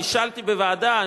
נשאלתי בוועדה,